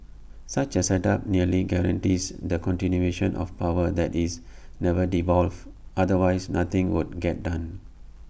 such A setup nearly guarantees the continuation of power that is never devolved otherwise nothing would get done